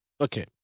Okay